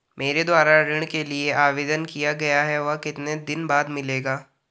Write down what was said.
मेरे द्वारा ऋण के लिए आवेदन किया गया है वह कितने दिन बाद मिलेगा?